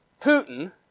Putin